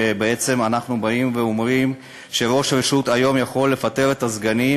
שבעצם אנחנו באים ואומרים שראש רשות היום יכול לפטר את הסגנים,